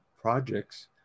projects